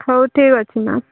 ହଉ ଠିକ୍ ଅଛି ମ୍ୟାମ୍